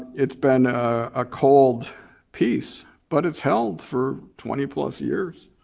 it's been a cold peace but it's held for twenty plus years.